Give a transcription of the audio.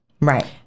right